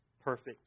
perfect